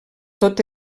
tot